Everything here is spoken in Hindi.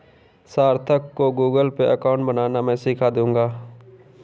सार्थक को गूगलपे अकाउंट बनाना मैं सीखा दूंगा